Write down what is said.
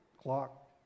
clock